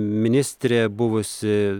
ministrė buvusi